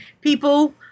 People